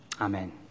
Amen